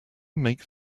make